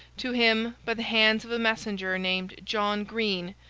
to him, by the hands of a messenger named john green,